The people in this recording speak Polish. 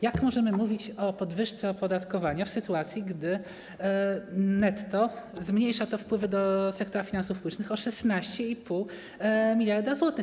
Jak możemy mówić o podwyżce opodatkowania w sytuacji, gdy netto zmniejsza to wpływy do sektora finansów publicznych o 16,5 mld zł?